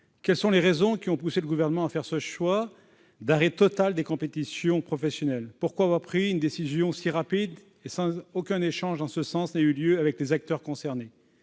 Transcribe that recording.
Quelles sont les raisons qui ont poussé le Gouvernement à faire le choix d'arrêter totalement les compétitions professionnelles ? Pourquoi avoir pris une décision aussi rapide, sans aucun échange avec les acteurs concernés ?